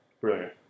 Brilliant